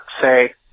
say